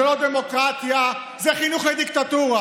זאת לא דמוקרטיה, זה חינוך לדיקטטורה.